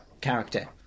character